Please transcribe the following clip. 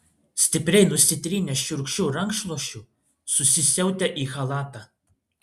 stipriai nusitrynęs šiurkščiu rankšluosčiu susisiautė į chalatą